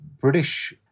British